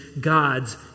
God's